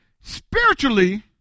Spiritually